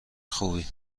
خوبی